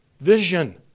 vision